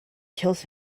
kills